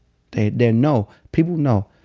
they they and know. people know.